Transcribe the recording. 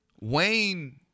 Wayne